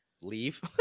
leave